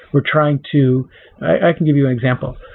we're trying to i can give you an example.